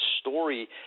story